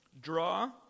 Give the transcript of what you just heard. draw